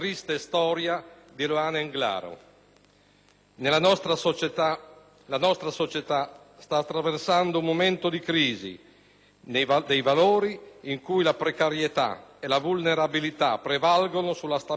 La nostra società sta attraversando un momento di crisi dei valori in cui la precarietà e la vulnerabilità prevalgono sulla stabilità e le certezze delle persone